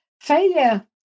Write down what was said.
failure